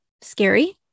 scary